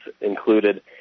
included